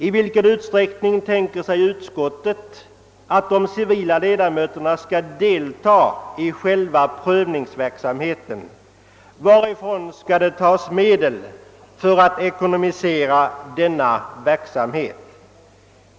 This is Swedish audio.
I vilken utsträckning tänker sig utskottet att de civila ledamöterna skall delta i själva prövningsverksamheten? Varifrån skall det tas medel för att ekonomisera denna verksamhet?